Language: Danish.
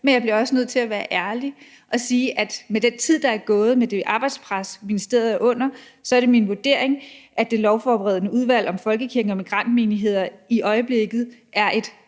men jeg bliver også nødt til at være ærlig og sige, at med den tid, der er gået, og med det arbejdspres, ministeriet er under, så er det min vurdering, at det lovforberedende udvalg om folkekirken og migrantmenigheder i øjeblikket trods